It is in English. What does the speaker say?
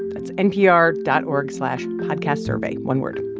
that's npr dot org slash podcastsurvey one word.